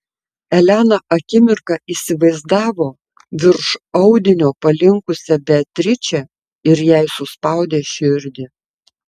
elena akimirką įsivaizdavo virš audinio palinkusią beatričę ir jai suspaudė širdį